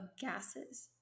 gases